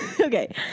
Okay